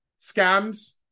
scams